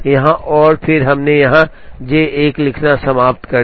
यहाँ और फिर हमने यहाँ J 1 लिखना समाप्त कर दिया